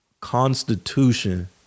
constitution